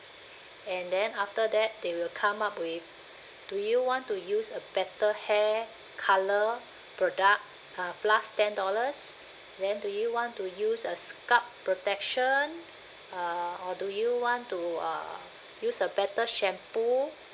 and then after that they will come up with do you want to use a better hair colour product uh plus ten dollars then do you want to use a sculpt protection uh or do you want to uh use a better shampoo